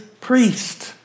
priest